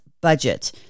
budget